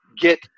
get